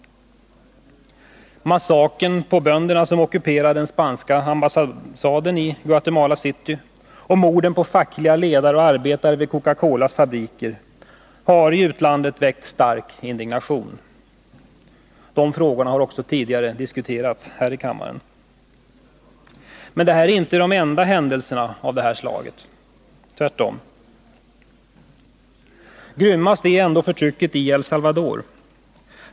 Massakern på bönderna, som ockuperade den spanska ambassaden i Guatemala city, och morden på fackliga ledare och arbetare vid Coca Colas fabriker har i utlandet väckt stark indignation. De frågorna har också tidigare diskuterats här i kammaren. Men det här är inte de enda händelserna av det här slaget — tvärtom. Grymmast är ändå förtrycket i El Salvador.